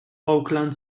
oakland